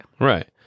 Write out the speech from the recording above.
Right